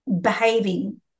behaving